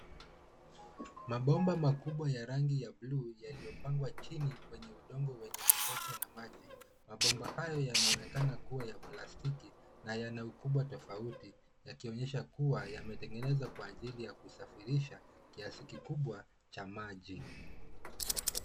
Mabomba makubwa ya rangi ya buluu yaliyopangwa chini kwenye udongo wenye matope na maji. Mabomba hayo yanaonekana kuwa ya plastiki na yana ukubwa tofauti, yakionyesha kuwa yametengenezwa kwa ajili ya kusafirisha kiasi kikubwa cha maji.